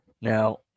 Now